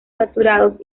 saturados